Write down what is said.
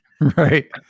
Right